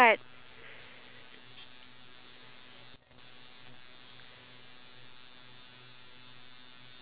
so maybe like they're saying we don't have to work in order for us to get the basic necessities for survival